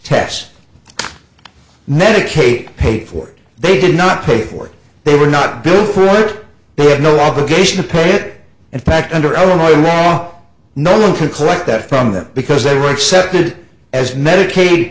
tests medicate paid for they did not pay for they were not built for it they had no obligation to pay it in fact under illinois law no one can collect that from them because they were accepted as medica